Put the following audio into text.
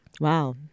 Wow